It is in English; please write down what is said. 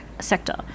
sector